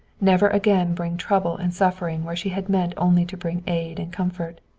never again bring trouble and suffering where she had meant only to bring aid and comfort.